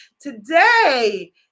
today